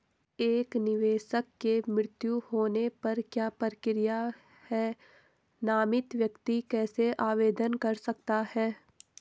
एक निवेशक के मृत्यु होने पर क्या प्रक्रिया है नामित व्यक्ति कैसे आवेदन कर सकता है?